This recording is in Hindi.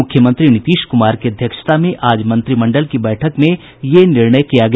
मुख्यमंत्री नीतीश कुमार की अध्यक्षता में आज मंत्रिमंडल की बैठक में यह निर्णय किया गया